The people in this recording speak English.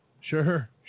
Sure